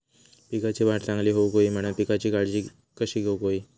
पिकाची वाढ चांगली होऊक होई म्हणान पिकाची काळजी कशी घेऊक होई?